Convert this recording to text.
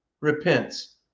Repents